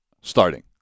starting